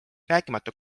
rääkimata